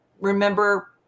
remember